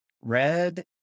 red